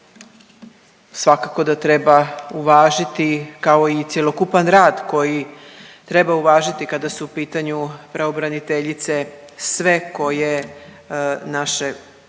svakako da treba uvažiti, kao i cjelokupan rad koji treba uvažiti kada su u pitanju pravobraniteljice sve koje naše